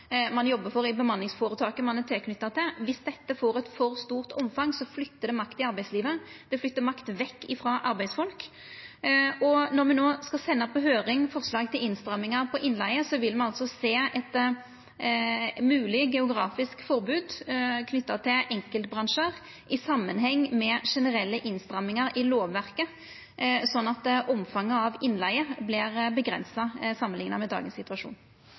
ein jobbar for i bemanningsføretaket ein er knytt til. Dersom dette får eit for stort omfang, flyttar det makt i arbeidslivet. Det flyttar makt vekk frå arbeidsfolk. Når me no skal senda på høyring forslag til innstrammingar på innleige, vil me sjå eit mogleg geografisk forbod knytt til enkeltbransjar, i samanheng med generelle innstrammingar i lovverket, slik at omfanget av innleige vert redusert samanlikna med dagens situasjon.